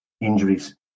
injuries